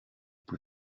plus